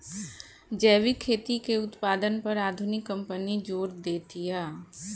जैविक खेती के उत्पादन पर आधुनिक कंपनी जोर देतिया